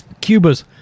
Cuba's